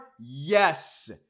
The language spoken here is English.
yes